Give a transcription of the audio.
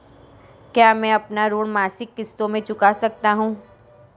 क्या मैं अपना ऋण मासिक किश्तों में चुका सकता हूँ?